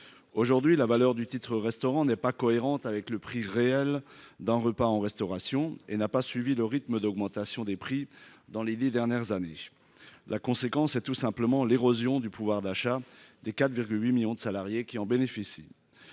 aujourd'hui la valeur du titre restaurant n'est pas cohérente avec le prix réel d'un repas en restauration et n'a pas suivi le rythme d'augmentation des prix dans les 10 dernières années, la conséquence, c'est tout simplement l'érosion du pouvoir d'achat des cadres 8 millions de salariés qui en bénéficient